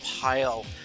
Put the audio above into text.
pile